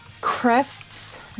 crests